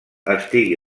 estigui